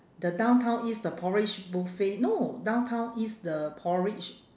the downtown east the porridge buffet no downtown east the porridge